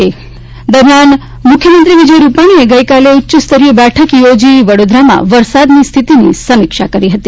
CM Vadodara દરમિયાન મુખ્યમંત્રી વિજય રૂપાણીએ ગઈકાલે ઉચ્ચસ્તરીય બેઠક યોજી વડોદરામાં વરસાદની સ્થિતિની સમીક્ષા કરી હતી